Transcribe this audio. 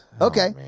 okay